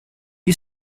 you